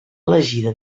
elegida